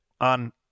on